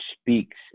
speaks